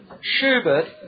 Schubert